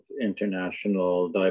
International